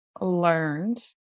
learned